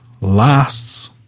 lasts